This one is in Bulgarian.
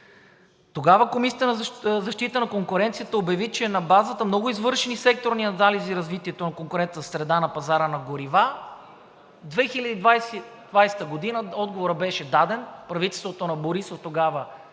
Тогава Комисията за защита на конкуренцията обяви, че на базата на много извършени секторни анализи за развитието на конкурентната среда на пазара на горива – 2020 г. отговорът беше даден, правителството на Борисов тогава